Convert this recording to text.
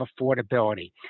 affordability